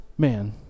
man